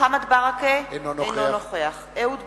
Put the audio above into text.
מוחמד ברכה, אינו נוכח אהוד ברק,